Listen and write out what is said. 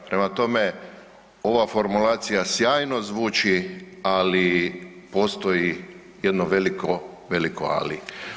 Prema tome, ova formulacija sjajno zvuči, ali postoji jedno veliko, veliko ali.